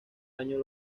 años